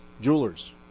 Jewelers